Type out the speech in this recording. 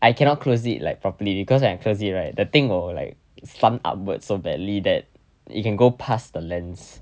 I cannot close it like properly because when I close it right the thing will like slump upward so badly that it can go past the lens